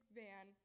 van